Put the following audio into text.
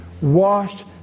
Washed